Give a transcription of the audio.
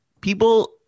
people